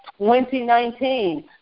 2019